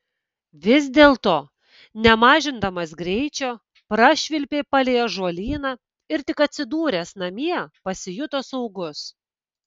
vis dėlto nemažindamas greičio prašvilpė palei ąžuolyną ir tik atsidūręs namie pasijuto saugus